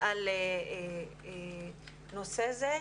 על הנושא הזה.